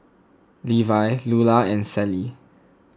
Levi Lulla and Celie